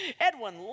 Edwin